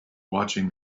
watching